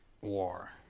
war